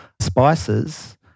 spices